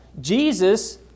Jesus